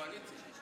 הקואליציה.